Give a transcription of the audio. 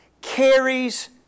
carries